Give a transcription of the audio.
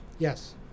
Yes